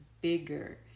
bigger